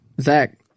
Zach